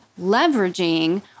leveraging